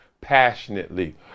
passionately